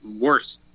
Worse